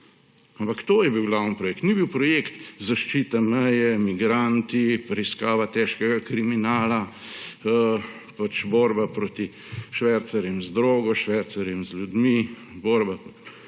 Ampak to je bil glavni projekt, ni bil projekt zaščita meje, migranti, preiskava težkega kriminala, borba proti švercarjem z drogom, švercarjem z ljudmi, borba proti